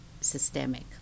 systemic